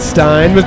Stein